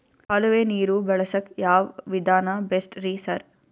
ಕಾಲುವೆ ನೀರು ಬಳಸಕ್ಕ್ ಯಾವ್ ವಿಧಾನ ಬೆಸ್ಟ್ ರಿ ಸರ್?